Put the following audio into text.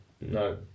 no